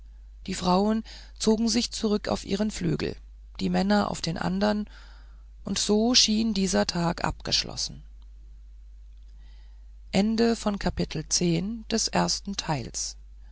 die frauen zogen sich zurück auf ihren flügel die männer auf den andern und so schien dieser tag abgeschlossen